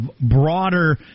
broader